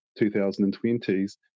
2020s